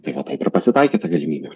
tai va taip ir pasitaikė ta galimybė